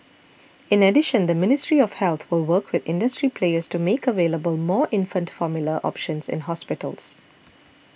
in addition the Ministry of Health will work with industry players to make available more infant formula options in hospitals